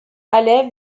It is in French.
haley